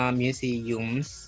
museums